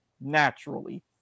naturally